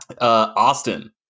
Austin